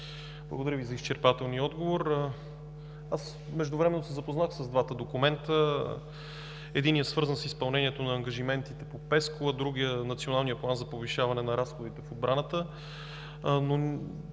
Благодаря Ви за изчерпателния отговор. Аз междувременно се запознах с двата документа. Единият е свързан с изпълнението на ангажиментите по ПЕСКО, а другият – Националният план за повишаване на разходите в отбраната.